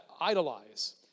idolize